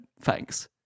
thanks